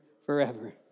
forever